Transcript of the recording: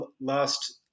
Last